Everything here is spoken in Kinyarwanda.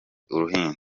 uruhinja